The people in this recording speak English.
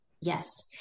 Yes